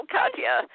Katya